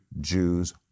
Jews